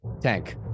Tank